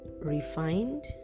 refined